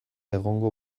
egongo